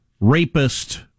rapist